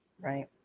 Right